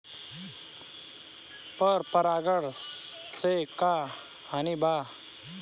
पर परागण से का हानि बा?